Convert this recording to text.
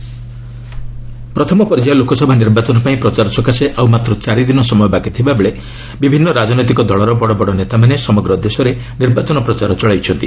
political roundup ପ୍ରଥମ ପର୍ଯ୍ୟାୟ ଲୋକସଭା ନିର୍ବାଚନ ପାଇଁ ପ୍ରଚାର ସକାଶେ ଆଉ ମାତ୍ର ଚାରିଦିନ ସମୟ ବାକିଥିବାବେଳେ ବିଭିନ୍ନ ରାଜନୈତିକ ଦଳର ବଡ଼ବଡ଼ ନେତାମାନେ ସମଗ୍ର ଦେଶରେ ନିର୍ବାଚନ ପ୍ରଚାର ଚଳାଇଛନ୍ତି